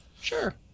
sure